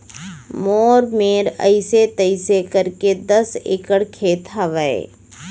मोर मेर अइसे तइसे करके दस एकड़ खेत हवय